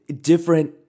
different